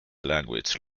language